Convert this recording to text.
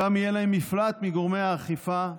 שם יהיה להם מפלט מגורמי האכיפה,